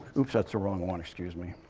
oops, that's the wrong one. excuse me.